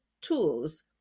tools